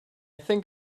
think